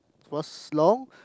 was long